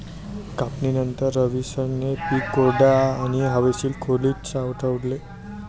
कापणीनंतर, रवीशने पीक कोरड्या आणि हवेशीर खोलीत साठवले